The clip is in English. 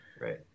Right